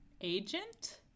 agent